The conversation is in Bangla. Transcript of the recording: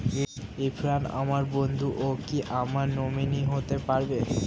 ইরফান আমার বন্ধু ও কি আমার নমিনি হতে পারবে?